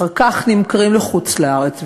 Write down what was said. ואחר כך נמכרים לחוץ-לארץ,